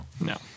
no